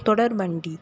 தொடர்வண்டி